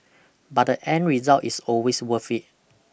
but the end result is always worth it